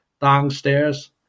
downstairs